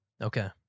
Okay